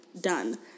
Done